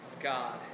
God